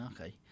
okay